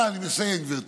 אני מסיים, גברתי.